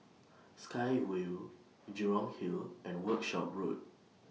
Sky Vue Jurong Hill and Workshop Road